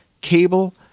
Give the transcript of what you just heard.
cable